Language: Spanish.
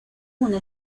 una